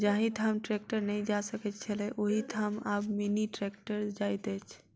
जाहि ठाम ट्रेक्टर नै जा सकैत छलै, ओहि ठाम आब मिनी ट्रेक्टर जाइत अछि